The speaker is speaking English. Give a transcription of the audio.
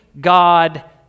God